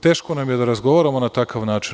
Teško nam je da razgovaramo na takav način.